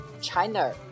China